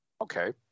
Okay